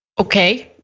okay,